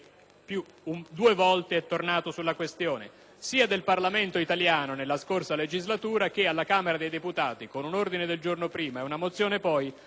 due volte è tornato sulla questione, sia del Parlamento italiano della scorsa legislatura che alla Camera dei deputati, con un ordine del giorno prima e una mozione poi,